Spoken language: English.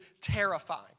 terrifying